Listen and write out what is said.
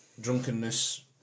drunkenness